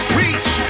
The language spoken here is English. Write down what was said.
reach